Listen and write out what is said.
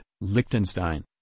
Liechtenstein